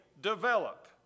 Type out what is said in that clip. develop